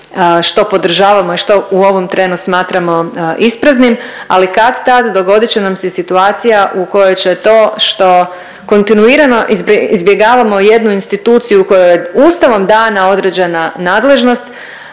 što podržavamo i što u ovom trenu smatramo ispraznim. Ali kad-tad dogodit će nam se situacija u kojoj će to što kontinuirano izbjegavamo jednu instituciju kojoj je Ustavom dana određena nadležnost